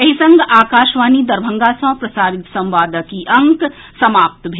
एहि संग आकाशवाणी दरभंगा सँ प्रसारित संवादक ई अंक समाप्त भेल